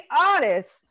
artists